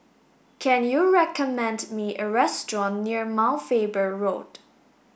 can you recommend me a restaurant near Mount Faber Road